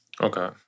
Okay